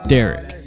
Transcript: Derek